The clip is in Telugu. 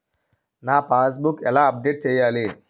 నా పాస్ బుక్ ఎలా అప్డేట్ చేయాలి?